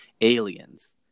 Aliens